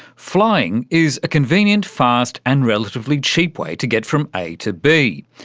flying is a convenient, fast and relatively cheap way to get from a to b,